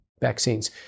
vaccines